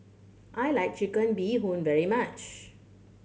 I like Chicken Bee Hoon very much